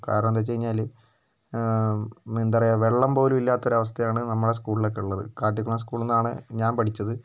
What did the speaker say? കാരണം എന്താണെന്ന് വച്ച് കഴിഞ്ഞാൽ എന്താ പറയുക വെള്ളം പോലും ഇല്ലാത്ത ഒരവസ്ഥയാണ് നമ്മുടെ സ്കൂളിലൊക്കെ ഉള്ളത് കാട്ടിക്കുണ സ്ക്കൂളിൽ നിന്നാണ് ഞാൻ പഠിച്ചത്